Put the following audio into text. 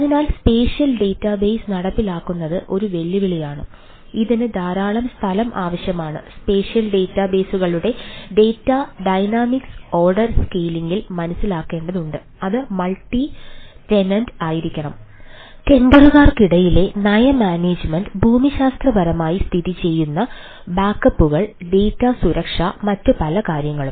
അതിനാൽ spatial database സുരക്ഷമറ്റ് പല കാര്യങ്ങളും